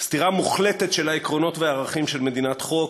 סתירה מוחלטת של העקרונות והערכים של מדינת חוק,